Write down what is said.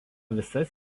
visas